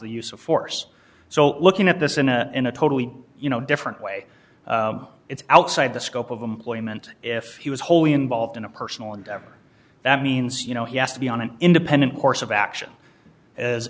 the use of force so looking at this in a in a totally you know different way it's outside the scope of employment if he was wholly involved in a personal endeavor that means you know he has to be on an independent course of action as